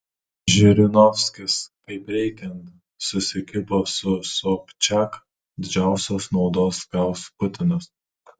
žirinovskis kaip reikiant susikibo su sobčiak didžiausios naudos gaus putinas